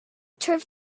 turf